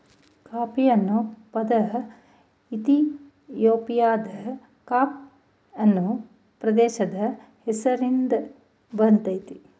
coffee ಅನ್ನೊ ಪದ ಇಥಿಯೋಪಿಯಾದ ಕಾಫ ಅನ್ನೊ ಪ್ರದೇಶದ್ ಹೆಸ್ರಿನ್ದ ಬಂದಯ್ತೆ